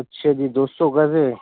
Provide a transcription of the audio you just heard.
اچھا جی دو سو گز ہے